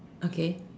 okay